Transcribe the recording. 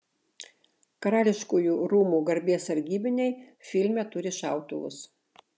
karališkųjų rūmų garbės sargybiniai filme turi šautuvus